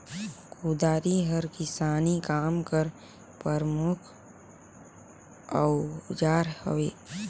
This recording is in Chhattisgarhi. कुदारी हर किसानी काम कर परमुख अउजार हवे